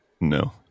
No